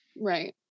right